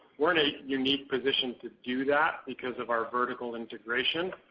we're in a unique position to do that because of our vertical integration,